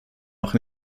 auch